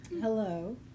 Hello